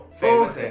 famous